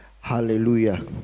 hallelujah